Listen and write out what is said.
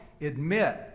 admit